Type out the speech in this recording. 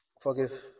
forgive